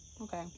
Okay